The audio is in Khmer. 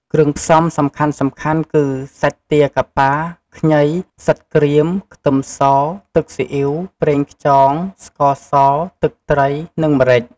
គ្រឿងផ្សំសំខាន់ៗគឺ សាច់ទាកាប៉ា, ខ្ញី, ផ្សិតក្រៀម, ខ្ទឹមស, ទឹកស៊ីអ៉ីវ, ប្រេងខ្យង, ស្ករស, ទឹកត្រី និងម្រេច។